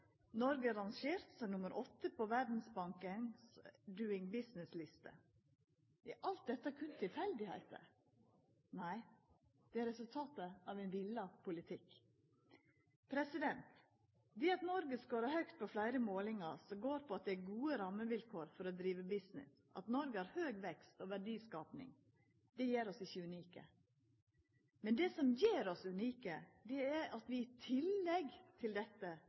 Noreg er rangert som nummer åtte på Verdsbankens «Doing Business»-liste. Er alt dette berre tilfeldig? Nei, det er resultatet av ein vilja politikk. Det at Noreg skårar høgt på fleire målingar som går på at det er gode rammevilkår for å driva business, at Noreg har høg vekst og verdiskaping, gjer oss ikkje unike. Men det som gjer oss unike, er at vi i tillegg til dette